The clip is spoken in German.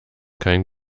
kein